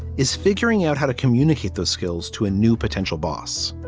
is figuring out how to communicate those skills to a new potential boss